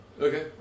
okay